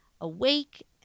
awake